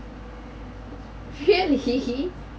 really